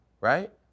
right